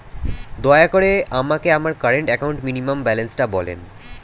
দয়া করে আমাকে আমার কারেন্ট অ্যাকাউন্ট মিনিমাম ব্যালান্সটা বলেন